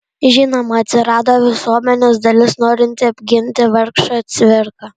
žinoma atsirado visuomenės dalis norinti apginti vargšą cvirką